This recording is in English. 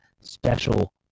special